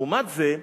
לעומת זה,